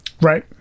Right